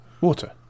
Water